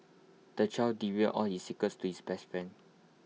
the child divulged all his secrets to his best friend